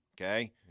okay